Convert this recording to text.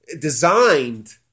designed